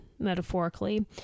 metaphorically